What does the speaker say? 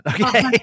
Okay